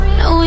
no